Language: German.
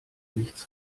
nichts